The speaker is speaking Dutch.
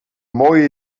mooie